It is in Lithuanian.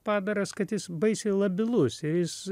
padaras kad jis baisiai labilus ir jis